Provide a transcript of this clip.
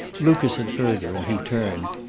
lucas had heard her, and he turned.